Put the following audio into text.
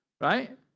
right